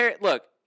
look